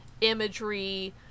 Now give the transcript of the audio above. imagery